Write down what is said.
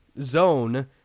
zone